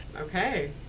Okay